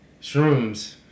Shrooms